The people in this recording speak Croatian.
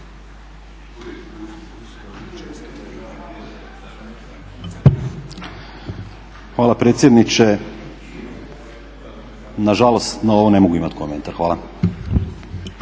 Hvala predsjedniče. Nažalost, na ovo ne mogu imati komentar. Hvala.